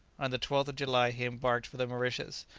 on the twelfth of july he embarked for the mauritius,